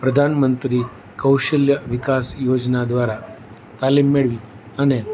પ્રધાનમંત્રી કૌશલ્ય વિકાસ યોજના દ્વારા તાલીમ મેળવી અને